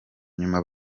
nyuma